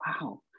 wow